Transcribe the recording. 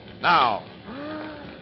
Now